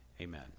amen